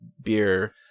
beer